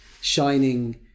shining